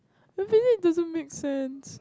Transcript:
it really doesn't make sense